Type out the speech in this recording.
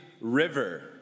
river